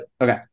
Okay